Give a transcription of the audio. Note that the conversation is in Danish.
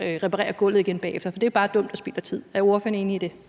reparere gulvet igen bagefter, for det er bare dumt og spild af tid. Er ordføreren enig i det?